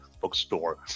bookstore